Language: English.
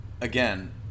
Again